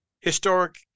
historic